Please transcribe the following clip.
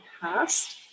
past